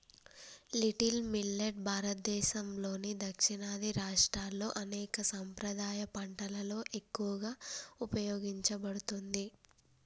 little millet భారతదేసంలోని దక్షిణాది రాష్ట్రాల్లో అనేక సాంప్రదాయ పంటలలో ఎక్కువగా ఉపయోగించబడుతుంది